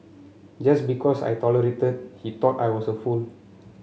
just because I tolerated he thought I was a fool